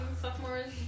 Sophomores